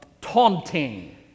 taunting